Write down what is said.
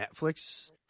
Netflix